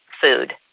food